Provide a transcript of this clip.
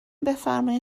بفرمایین